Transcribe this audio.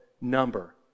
number